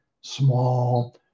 small